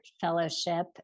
fellowship